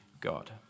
God